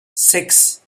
six